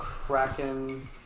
Kraken